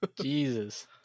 Jesus